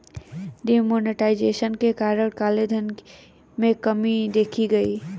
D monetization के कारण काले धन में कमी देखी गई